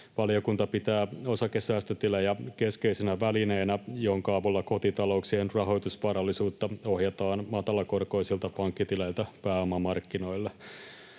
Valiokunta pitää osakesäästötilejä keskeisenä välineenä, jonka avulla kotitalouksien rahoitusvarallisuutta ohjataan matalakorkoisilta pankkitileiltä pääomamarkkinoille.